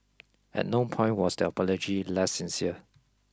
at no point was the apology less sincere